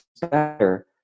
better